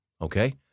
Okay